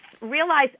realize